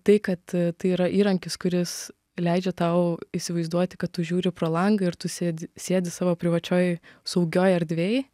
tai kad tai yra įrankis kuris leidžia tau įsivaizduoti kad tu žiūri pro langą ir tu sėdi sėdi savo privačioj saugioj erdvėj